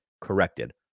corrected